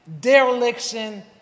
dereliction